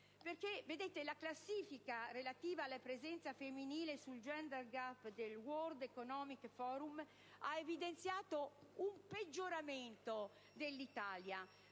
La classifica relativa alla presenza femminile sul *Gender Gap* del World Economic Forum ha evidenziato un peggioramento dell'Italia.